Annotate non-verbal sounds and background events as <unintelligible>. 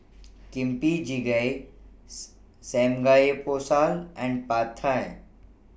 Kimchi Jjigae <unintelligible> Samgeyopsal and Pad Thai